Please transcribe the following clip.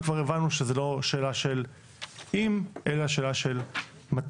וכבר הבנו שזה לא שאלה של "אם" אלא שאלה של "מתי".